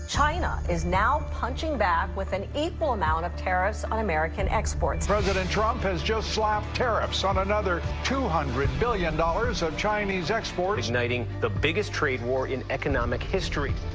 china is now punching back with an equal amount of tariffs on american exports. president trump has just slapped tariffs on another two hundred billion dollars of chinese exports. igniting the biggest trade war in economic history.